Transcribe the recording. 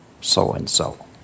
so-and-so